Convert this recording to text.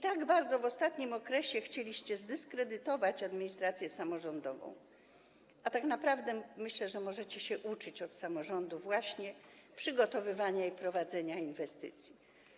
Tak bardzo w ostatnim okresie chcieliście zdyskredytować administrację samorządową, a tak naprawdę - myślę - możecie się uczyć od samorządu przygotowywania i prowadzenia inwestycji.